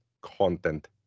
Content